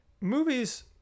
movies